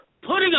putting